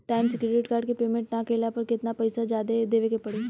Time से credit card के payment ना कैला पर केतना पईसा जादे देवे के पड़ी?